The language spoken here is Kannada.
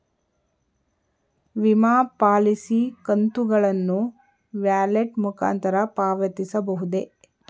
ವಿಮಾ ಪಾಲಿಸಿ ಕಂತುಗಳನ್ನು ವ್ಯಾಲೆಟ್ ಮುಖಾಂತರ ಪಾವತಿಸಬಹುದೇ?